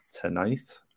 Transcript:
tonight